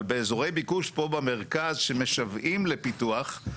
אבל באזורי ביקוש פה במרכז שמשוועים לפיתוח,